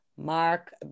Mark